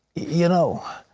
you know,